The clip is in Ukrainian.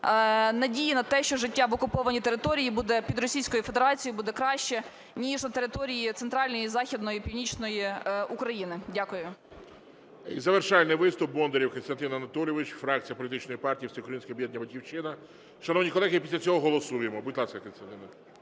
надії на те, що життя в окупованій території під Російською Федерацією буде краще, ніж на території Центральної і Західної, і Північної України. Дякую. ГОЛОВУЮЧИЙ. І завершальний виступ Бондарєв Костянтин Анатолійович, фракція політичної партії Всеукраїнське об'єднання "Батьківщина". Шановні колеги, після цього голосуємо. Будь ласка, Костянтин